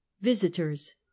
visitors